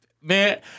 man